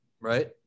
right